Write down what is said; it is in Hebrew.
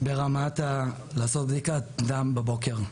אפילו ברמה של לעשות בדיקת דם בבוקר.